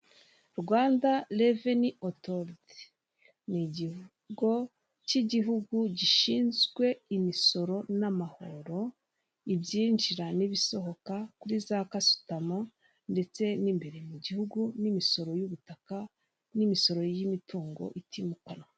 Rwanda reveni otoriti ni ikigo cy'igihugu gishinzwe imisoro n'amahoro ibyinjira n'ibisohoka kuri za gasutamo ndetse n'imbere mu gihugu ndetse n'imisoro y'ubutaka n'imisoro y'imitungo itimukanwa.